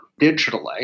digitally